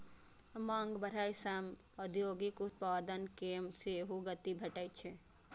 मांग बढ़ै सं औद्योगिक उत्पादन कें सेहो गति भेटै छै